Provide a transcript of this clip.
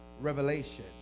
revelation